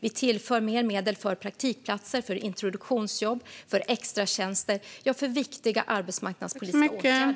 Vi tillför mer medel för praktikplatser, för introduktionsjobb, för extratjänster - ja, för viktiga arbetsmarknadspolitiska åtgärder.